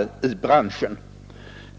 företag i branschen.